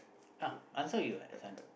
ah answer already [what] this one